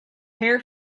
hair